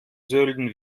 sölden